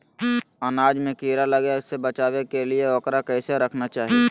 अनाज में कीड़ा लगे से बचावे के लिए, उकरा कैसे रखना चाही?